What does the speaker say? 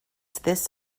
this